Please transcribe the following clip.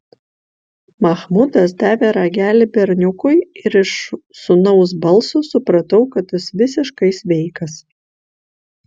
machmudas davė ragelį berniukui ir iš sūnaus balso supratau kad jis visiškai sveikas